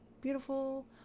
beautiful